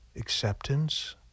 acceptance